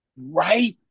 Right